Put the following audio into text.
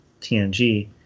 TNG